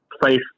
Place